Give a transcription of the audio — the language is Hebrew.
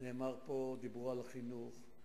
דיברו על החינוך,